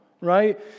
right